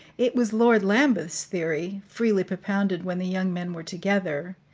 it was lord lambeth's theory, freely propounded when the young men were together,